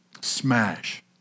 Smash